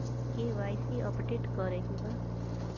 KYC update करे के बा?